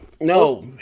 No